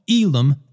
Elam